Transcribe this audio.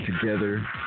together